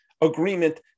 agreement